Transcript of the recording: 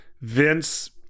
Vince